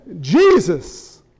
Jesus